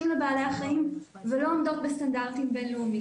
לבעלי החיים ולא עומדות בסטנדרטים בין לאומיים.